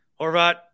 Horvat